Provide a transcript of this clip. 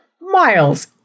Miles